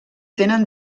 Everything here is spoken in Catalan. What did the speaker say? tenen